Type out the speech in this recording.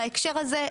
בהקשר הזה,